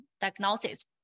diagnosis